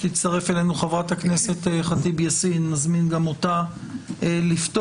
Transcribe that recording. כשתצטרף אלינו חברת הכנסת ח'טיב יאסין נזמין גם אותה לפתוח,